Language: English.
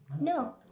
No